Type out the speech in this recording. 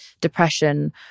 depression